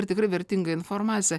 ir tikrai vertinga informacija